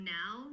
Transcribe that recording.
now